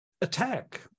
attack